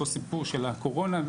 אותו סיפור של הקורונה,